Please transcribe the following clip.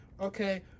Okay